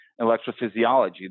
electrophysiology